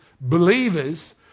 believers